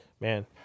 man